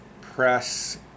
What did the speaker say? Press